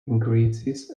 increases